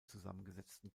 zusammengesetzten